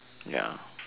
ya